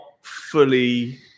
fully